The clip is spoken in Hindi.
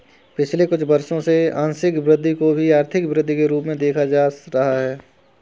पिछले कुछ वर्षों से आंशिक वृद्धि को भी आर्थिक वृद्धि के रूप में देखा जा रहा है